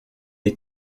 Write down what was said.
les